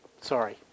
Sorry